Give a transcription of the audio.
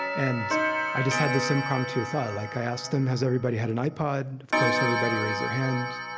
and i just had this impromptu thought. like, i asked them, has everybody had an ipod? of course everybody raised their hands.